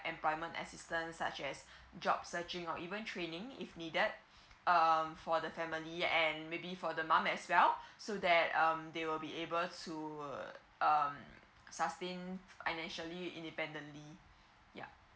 employment assistant such as job searching or even training if needed um for the family and maybe for the mum as well so that um they will be able to um sustained financially independently yup